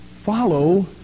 Follow